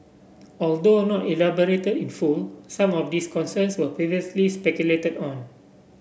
although not elaborated in full some of these concerns were previously speculated on